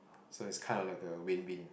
so it's kinda like a win win